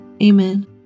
Amen